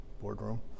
boardroom